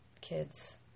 kids